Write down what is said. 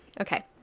Okay